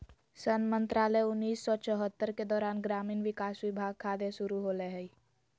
सन मंत्रालय उन्नीस सौ चैह्त्तर के दौरान ग्रामीण विकास विभाग खाद्य शुरू होलैय हइ